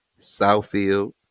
Southfield